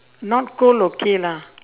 not cold okay lah